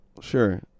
Sure